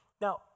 Now